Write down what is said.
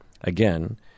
again